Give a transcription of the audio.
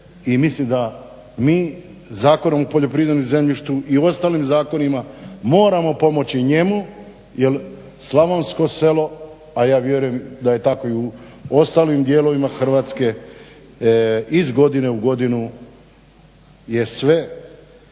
I mislim da mi Zakonom o poljoprivrednom zemljištu i ostalim zakonima moramo pomoći njemu jer slavonsko selo, a ja vjerujem da je tako i u ostalim dijelovima Hrvatske iz godine u godinu je sve